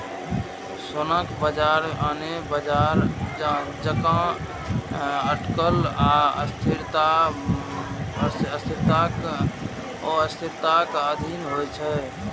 सोनाक बाजार आने बाजार जकां अटकल आ अस्थिरताक अधीन होइ छै